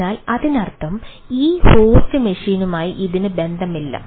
അതിനാൽ അതിനർത്ഥം ഈ ഹോസ്റ്റ് മെഷീനുമായി ഇതിന് ബന്ധമില്ല